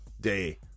day